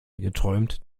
geträumt